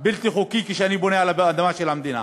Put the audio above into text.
בלתי חוקי, כשאני בונה על האדמה של המדינה.